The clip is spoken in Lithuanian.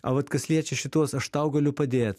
o vat kas liečia šituos aš tau galiu padėt